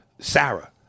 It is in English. Sarah